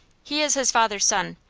he is his father's son.